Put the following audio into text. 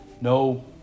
no